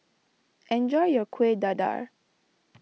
enjoy your Kueh Dadar